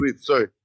sorry